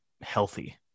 healthy